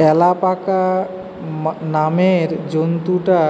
alpaca নামের জন্তুটা